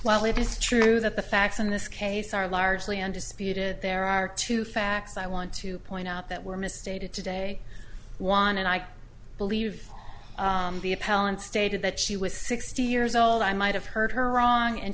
well it is true that the facts in this case are largely undisputed there are two facts i want to point out that were misstated today one and i believe the appellant stated that she was sixty years old i might have heard her wrong and